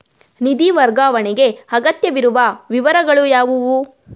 ನಿಧಿ ವರ್ಗಾವಣೆಗೆ ಅಗತ್ಯವಿರುವ ವಿವರಗಳು ಯಾವುವು?